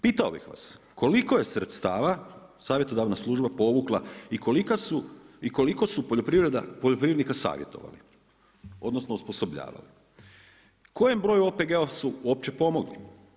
Pitao bih vas, koliko je sredstava savjetodavna služba povukla i koliko su poljoprivrednika savjetovali odnosno osposobljavali, kojem broju OPG-ova su uopće pomogli?